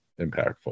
impactful